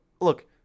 Look